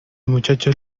muchachos